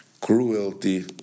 Cruelty